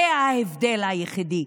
זה ההבדל היחידי,